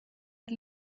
had